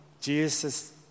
Jesus